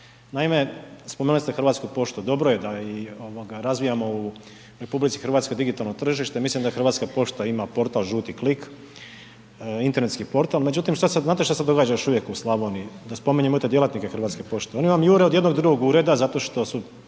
Naime, spomenuli ste Hrvatsku poštu dobro je da i ovoga razvijamo u RH digitalno tržište, mislim da i Hrvatska pošta ima portal žuti klik, internetski portal. Međutim, znate šta se događa još uvijek u Slavoniji, da spominjemo i te djelatnike Hrvatske pošte oni vam jure od jednog do drugog ureda zato što su